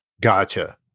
gotcha